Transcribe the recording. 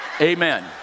Amen